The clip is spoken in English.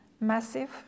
massive